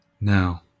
Now